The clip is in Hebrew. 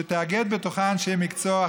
שתאגד בתוכה אנשי מקצוע,